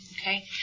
Okay